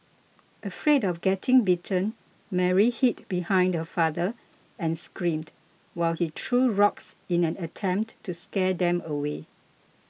afraid of getting bitten Mary hid behind her father and screamed while he threw rocks in an attempt to scare them away